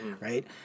Right